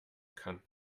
kann